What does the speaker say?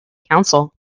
council